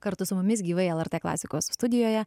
kartu su mumis gyvai lrt klasikos studijoje